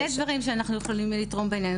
יש שני דברים שאנחנו יכולים לתרום בינינו.